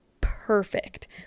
perfect